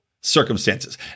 circumstances